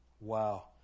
Wow